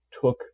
took